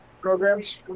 programs